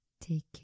take